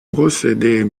procédés